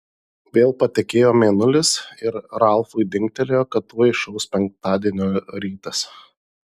vėl patekėjo mėnulis ir ralfui dingtelėjo kad tuoj išauš penktadienio rytas